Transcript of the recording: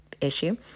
issue